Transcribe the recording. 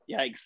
yikes